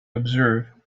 observe